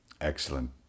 Excellent